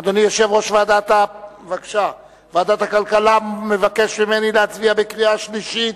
אדוני יושב-ראש ועדת הכלכלה מבקש ממני להצביע בקריאה שלישית,